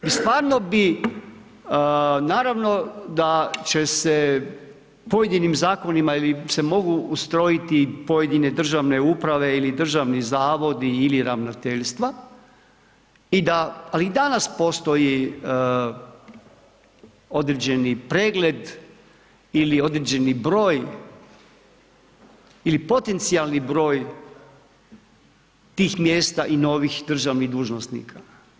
Jer stvarno bi, naravno da će se pojedinim zakonima ili se mogu ustrojiti pojedine državne uprave ili državni zavodi ili ravnateljstva i da, ali i danas postoji određeni pregled ili određeni broj ili potencijalni broj tih mjesta i novih državnih dužnosnika.